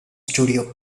studio